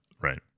Right